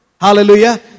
Hallelujah